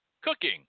Cooking